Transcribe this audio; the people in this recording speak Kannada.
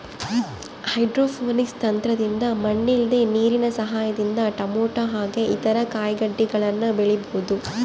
ಹೈಡ್ರೋಪೋನಿಕ್ಸ್ ತಂತ್ರದಿಂದ ಮಣ್ಣಿಲ್ದೆ ನೀರಿನ ಸಹಾಯದಿಂದ ಟೊಮೇಟೊ ಹಾಗೆ ಇತರ ಕಾಯಿಗಡ್ಡೆಗಳನ್ನ ಬೆಳಿಬೊದು